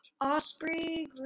Osprey